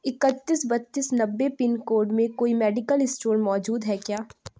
اکتیس بتیس نبے پن کوڈ میں کوئی میڈیکل اسٹور موجود ہے کیا